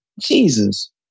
Jesus